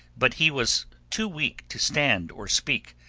but he was too weak to stand or speak,